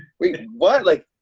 wait, what? like,